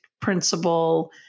principle